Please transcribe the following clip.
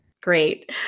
great